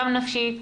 גם נפשית,